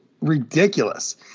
ridiculous